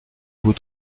vous